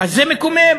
זה מקומם.